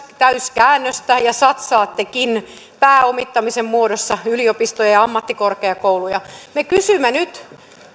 täyskäännöstä ja satsaattekin pääomittamisen muodossa yliopistoihin ja ammattikorkeakouluihin me kysymme nyt